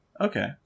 Okay